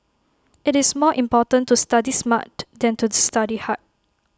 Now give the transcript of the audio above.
IT is more important to study smart than to study hard